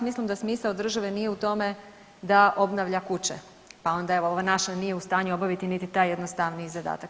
Mislim da smisao države nije u tome da obnavlja kuće, pa onda evo ova naša nije u stanju obaviti niti taj jednostavniji zadatak.